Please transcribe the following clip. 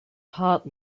heart